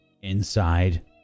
inside